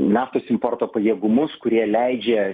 naftos importo pajėgumus kurie leidžia